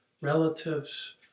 relatives